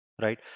right